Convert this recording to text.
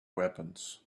weapons